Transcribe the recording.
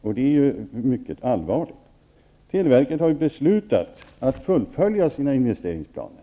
och det är mycket allvarligt. Televerket har beslutat att fullfölja sina investeringsplaner.